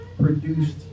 produced